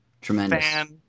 tremendous